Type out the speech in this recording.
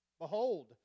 Behold